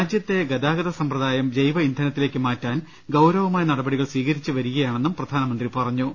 രാജ്യത്തെ ഗതാഗത സമ്പ്രദായം ജൈവ ഇന്ധനത്തിലേക്ക് മാറ്റാൻ ഗൌരവ മായ നടപടികൾ സ്വീകരിച്ചുവരികയാണെന്നും പ്രധാനമന്ത്രി പറഞ്ഞു